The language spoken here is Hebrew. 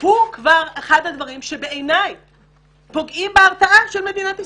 הוא כבר אחד הדברים שבעיני פוגעים בהרתעה של מדינת ישראל.